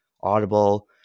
Audible